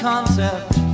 concept